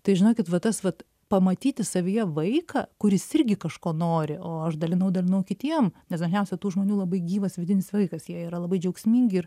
tai žinokit va tas vat pamatyti savyje vaiką kuris irgi kažko nori o aš dalinau dalinau kitiem nes dažniausia tų žmonių labai gyvas vidinis vaikas jie yra labai džiaugsmingi ir